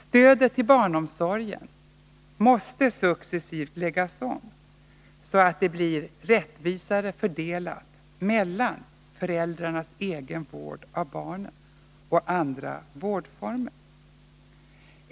Stödet till barnomsorgen måste successivt läggas om, så att det blir rättvisare fördelat mellan föräldrarnas egen vård av barnen och andra vårdformer.